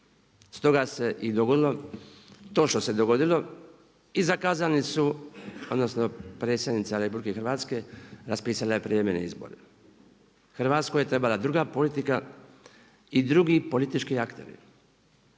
Stoga se i dogodilo to što se dogodilo i zakazani su odnosno predsjednica Republike Hrvatske raspisala je prijevremene izbore. Hrvatskoj je trebala druga politika i drugi politički akteri.